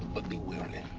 but be wary.